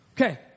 Okay